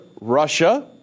Russia